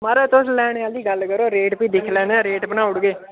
महाराज तुस लैने आह्ली गल्ल करो रेट फ्ही दिक्खी लैने रेट बनाई ओड़गे